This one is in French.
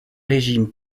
régime